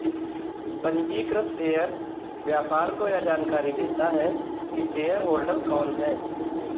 पंजीकृत शेयर व्यापार को यह जानकरी देता है की शेयरहोल्डर कौन है